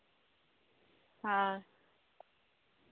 ᱦᱮᱸ